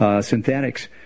synthetics